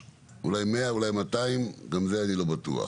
אולי 100 ואולי 200 וגם במספר הזה אני לא בטוח.